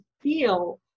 feel